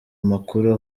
makuru